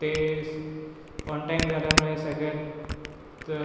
ते स् on time झाल्यामुळे सगळ्यात